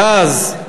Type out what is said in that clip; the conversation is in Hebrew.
ואז,